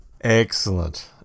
Excellent